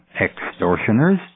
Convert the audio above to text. Extortioners